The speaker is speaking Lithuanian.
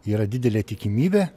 yra didelė tikimybė